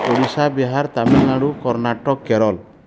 Odia Bihar Tamil Nadu Karnataka Kerala